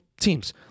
teams